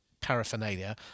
paraphernalia